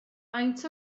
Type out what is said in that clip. faint